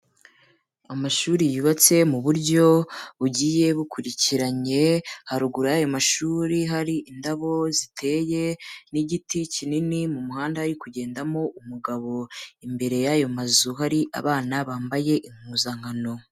Amashuri yubatse mu buryo bugiye bukurikiranye, haruguru y'ayo mashuri hari indabo ziteye n'igiti kinini mu muhanda hari kugendamo umugabo, imbere y'ayo mazu hari abana bambaye impuzankano.